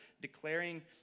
declaring